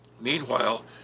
Meanwhile